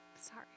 sorry